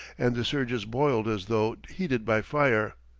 and the surges boiled as though heated by fire.